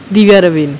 divya lavigne